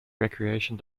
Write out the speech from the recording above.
recreation